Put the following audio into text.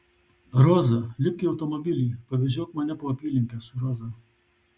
roza lipk į automobilį pavežiok mane po apylinkes roza